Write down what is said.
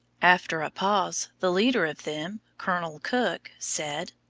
after a pause, the leader of them, colonel cook, said,